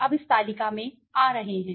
तो अब इस तालिका में आ रहे हैं